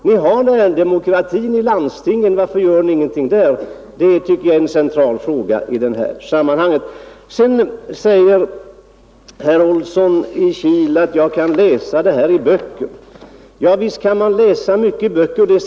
Ni har närdemokratin i landstingen; varför gör ni ingenting där? Det tycker jag är en central fråga i detta sammanhang. Sedan säger herr Olsson i Kil att jag kan läsa om det här i böcker. Javisst kan man läsa mycket i böcker!